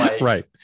right